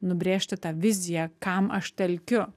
nubrėžti tą viziją kam aš telkiu